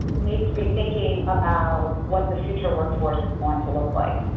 need to be thinking about what the future workforce is going to look like.